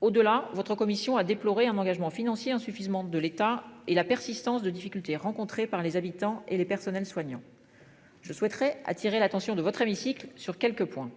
Au delà votre commission a déploré un engagement financier en suffisamment de l'État et la persistance de difficultés rencontrées par les habitants et les personnels soignants. Je souhaiterais attirer l'attention de votre hémicycle sur quelques points.